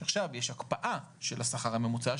שעכשיו יש הקפאה של השכר הממוצע,